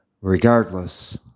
regardless